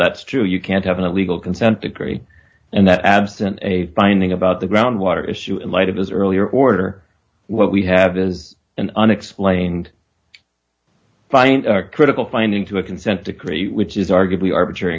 that's true you can't have a legal consent decree and that absent a finding about the groundwater issue in light of his earlier order what we have is an unexplained find are critical find into a consent decree which is arguably arbitrary